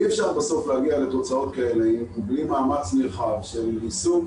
אי אפשר בסוף להגיע לתוצאות כאלה בלי מאמץ נרחב של עיסוק